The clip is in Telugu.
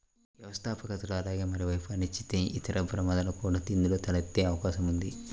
వ్యవస్థాపకతలో అలాగే మరోవైపు అనిశ్చితి, ఇతర ప్రమాదాలు కూడా ఇందులో తలెత్తే అవకాశం ఉంది